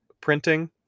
printing